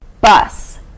Bus